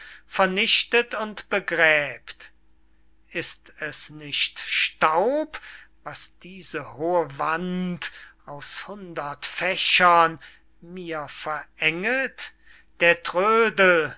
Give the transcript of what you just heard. vernichtet und begräbt ist es nicht staub was diese hohe wand aus hundert fächern mir verenget der trödel